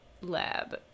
lab